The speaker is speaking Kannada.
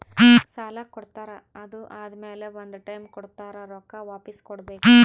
ಸಾಲಾ ಕೊಡ್ತಾರ್ ಅದು ಆದಮ್ಯಾಲ ಒಂದ್ ಟೈಮ್ ಕೊಡ್ತಾರ್ ರೊಕ್ಕಾ ವಾಪಿಸ್ ಕೊಡ್ಬೇಕ್